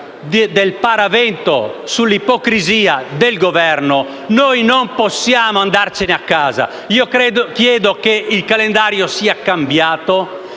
del paravento sull'ipocrisia del Governo, noi non possiamo andarcene a casa. Io chiedo che il calendario sia cambiato